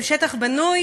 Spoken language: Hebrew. שליש זה שטח בנוי,